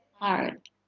art